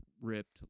ripped